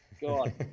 god